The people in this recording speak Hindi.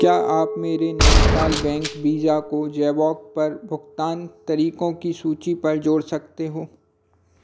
क्या आप मेरे नैनीताल बैंक वीजा को जबौंग पर भुगतान तरीकों की सूची पर जोड़ सकते हो